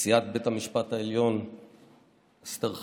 נשיאת בית המשפט העליון אסתר חיות,